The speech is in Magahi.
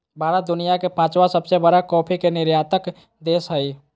भारत दुनिया के पांचवां सबसे बड़ा कॉफ़ी के निर्यातक देश हइ